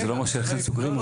זה לא אומר שאכן סוגרים אותו.